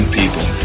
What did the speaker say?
people